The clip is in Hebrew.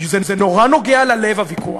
זה נורא נוגע ללב, הוויכוח.